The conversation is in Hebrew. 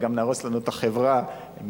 אבל גם נהרוס לנו את החברה מהיסוד.